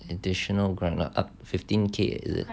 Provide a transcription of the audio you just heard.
additional up to fifteen K is it